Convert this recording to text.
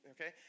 okay